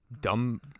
dumb